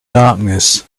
darkness